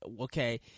okay